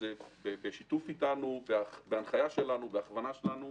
זה בשיתוף איתנו, בהנחיה ובהכוונה שלנו.